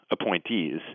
appointees